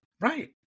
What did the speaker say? Right